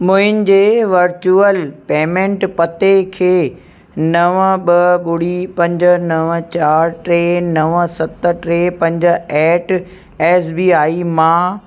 मुंहिंजे virtual payment पते खे नवं ॿ ॿुड़ी पंज नवं चारि टे नवं सत टे पंज एट एस बी आई मां